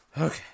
Okay